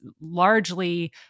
largely